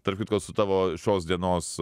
tarp kitko su tavo šios dienos